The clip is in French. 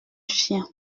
chiens